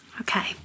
Okay